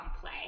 play